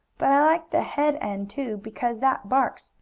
but i like the head end too, because that barks,